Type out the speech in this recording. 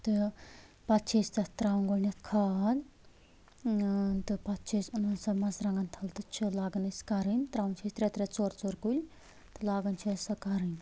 تہٕ پتہٕ چھِ أسۍ تتھ ترٛاوان گۄڈٕنٮ۪تھ کھاد تہٕ پتہٕ چھِ أسۍ انان سۄ مرژٕوانٛگن تھل تہٕ چھِ لاگان أسۍ کرٕنۍ تراوان چھِ أسۍ ترٛےٚ ترٛےٚ ژور ژور کُلۍ تہٕ لاگان چھِ أسۍ سۄ کرٕنۍ